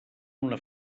una